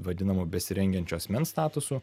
vadinamu besirengiančio asmens statusu